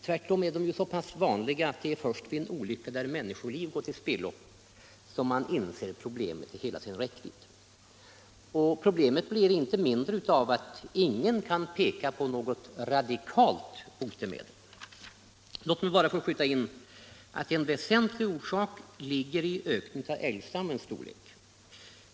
Tvärtom är de så pass vanliga att man först efter en olycka där människoliv gått till spillo inser problemets hela räckvidd. Och problemet blir inte mindre av att ingen kan peka på något radikalt botemedel. Låt mig få skjuta in att en väsentlig orsak ligger i ökningen av älgstammens storlek.